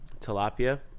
tilapia